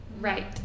Right